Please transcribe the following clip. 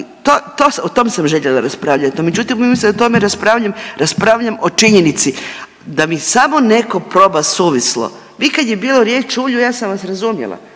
o tom sam željela raspravljat, no međutim umjesto da o tome raspravljam, raspravljam o činjenici da mi samo neko proba suvislo, vi kad je bilo riječ o ulju ja sam vas razumjela,